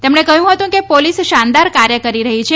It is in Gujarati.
તેમણે કહ્યું હતું કે પોલીસ શાનદાર કાર્ય કરી રહી છે